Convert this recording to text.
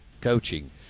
coaching